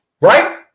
Right